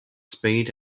speed